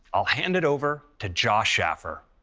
i'll hand it over to josh shaffer.